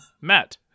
Met